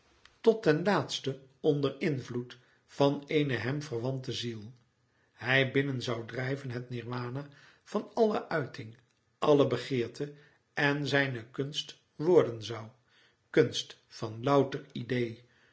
tot ten laatste onder invloed van eene hem verwante ziel hij binnen zoû drijven het nirwana van alle uiting alle begeerte en zijne kunst worden zoû kunst van louter idee